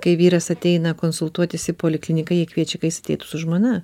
kai vyras ateina konsultuotis į polikliniką jie kviečia kad jis ateitų su žmona